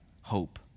hope